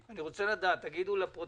אני רוצה לדעת, תגידו לפרוטוקול